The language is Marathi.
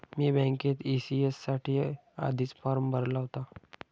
मी बँकेत ई.सी.एस साठी आधीच फॉर्म भरला होता